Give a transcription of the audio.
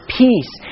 peace